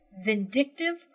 vindictive